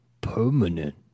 permanent